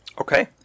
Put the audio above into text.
Okay